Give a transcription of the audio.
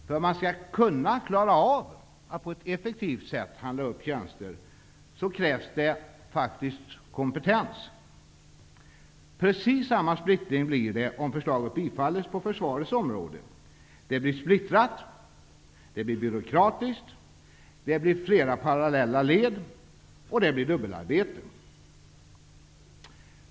För att man skall kunna handla upp tjänster på ett effektivt sätt krävs kompetens. Precis samma splittring uppstår om förslaget bifalles på försvarets område. Det blir splittrat. Det blir byråkratiskt. Det blir flera parallella led, och det blir dubbelarbete.